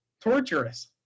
torturous